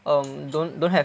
um don't don't have